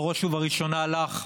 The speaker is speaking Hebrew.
בראש ובראשונה לך,